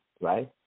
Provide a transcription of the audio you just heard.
right